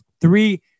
three